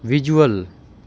visual